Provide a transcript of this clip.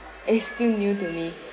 it's still new to me